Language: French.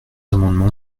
amendement